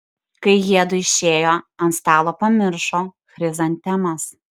kai jiedu išėjo ant stalo pamiršo chrizantemas